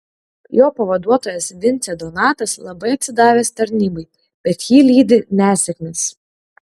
jo pavaduotojas vincė donatas labai atsidavęs tarnybai bet jį lydi nesėkmės